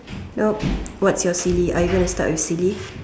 well what is your silly are you going to start with silly